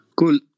cool